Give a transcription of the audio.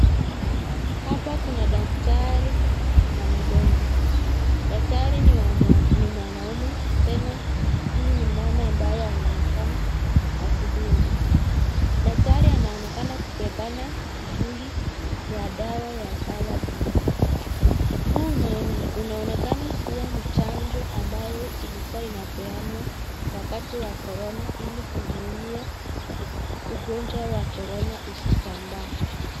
Hapa kuna daktari na mgonjwa, daktari ni mwanaume tena huyu ni mama ambaye anaonekana akidungwa. Daktari anaonekana kubebana mtungi wa color blue . Huu unaonekana kuwa ni chanjo ambayo ilikuwa inapeana wakati wa orona ili kuzuia ugaonjwa wa orona usisambae.